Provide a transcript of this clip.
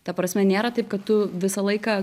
ta prasme nėra taip kad tu visą laiką